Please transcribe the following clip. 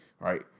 right